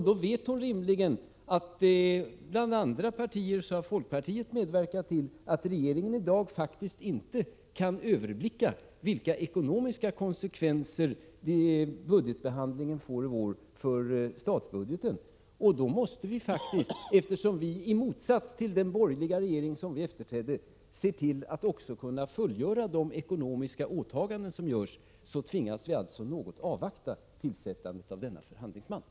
Då vet hon att bland andra partier även folkpartiet har medverkat till att regeringen i dag inte kan överblicka vilka ekonomiska konsekvenser budgetbehandlingen denna vår får för statsbudgeten. Vi måste i det läget, i motsats till den borgerliga regering som vi efterträdde, också tillse att vi kan fullgöra de ekonomiska åtaganden som vi ikläder oss. Vi tvingas därför något 23 avvakta tillsättandet av förhandlingsmahnen.